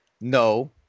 no